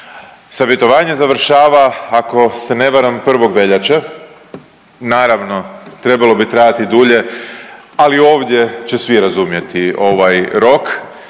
Savjetovanje završava ako se ne varam 1. veljače. Naravno trebalo bi trajati dulje, ali ovdje će svi razumjeti ovaj rok